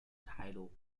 title